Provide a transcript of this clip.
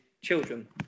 children